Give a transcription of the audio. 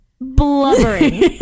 blubbering